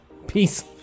Peace